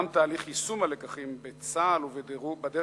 גם תהליך יישום הלקחים בצה"ל ובדרג